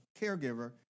caregiver